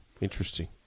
Interesting